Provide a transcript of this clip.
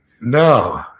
No